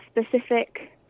specific